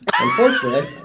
Unfortunately